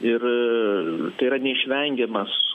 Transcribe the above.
ir tai yra neišvengiamas